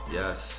yes